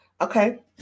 Okay